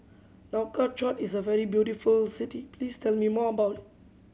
Nouakchott is a very beautiful city please tell me more about it